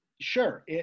sure